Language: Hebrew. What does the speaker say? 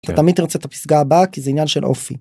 תמיד תרצה את הפסגה הבאה כי זה עניין של אופי.